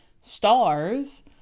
stars